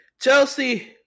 Chelsea